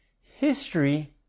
History